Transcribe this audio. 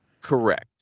Correct